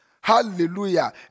Hallelujah